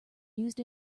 used